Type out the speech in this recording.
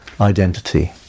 identity